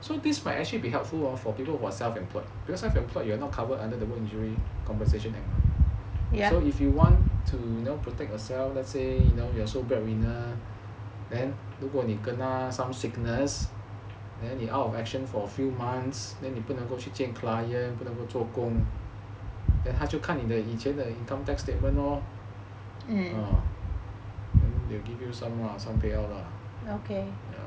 so this might actually be helpful hor for people who are self employed because self employed you are not covered under the work injury compensation act mah so if you want to you know protect yourself let's say you know you are sole breadwinner and 如果你 kena some sickness then you out of action for a few months then 你不能够去见 client 不能够去做工 then 他就看你的以前的 income tax statement lor ah then they will give you some some payout lah